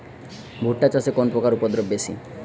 ভুট্টা চাষে কোন পোকার উপদ্রব বেশি?